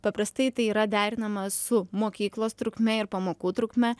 paprastai tai yra derinama su mokyklos trukme ir pamokų trukme